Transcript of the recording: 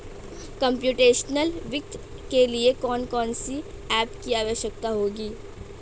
Computational वित्त के लिए कौन कौन सी एप की आवश्यकता होगी?